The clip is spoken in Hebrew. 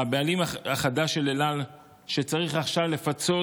הבעלים החדש של אל על, שצריך עכשיו לפצות